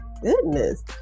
goodness